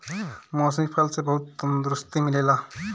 मौसमी फल से बहुते तंदुरुस्ती मिलेला